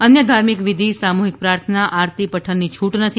અન્ય ધાર્મિક વિધિ સામૂહિક પ્રાર્થના આરતી પઠનની છૂટ નથી